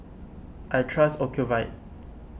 I trust Ocuvite